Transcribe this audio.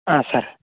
ಹಾಂ ಸರ್